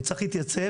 הוא צריך להתייצב,